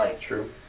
True